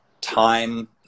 time